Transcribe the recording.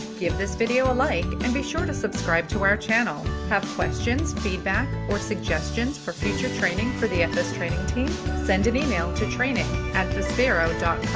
give this video a like and be sure to subscribe to our channel! have questions, feedback, or suggestions for future training for the um fs training team? send an email to training and vispero